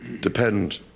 depend